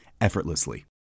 effortlessly